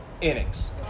innings